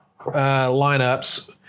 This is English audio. lineups